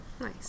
nice